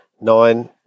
nine